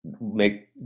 make